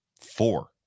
four